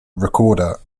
recorder